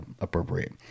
appropriate